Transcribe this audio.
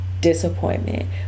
disappointment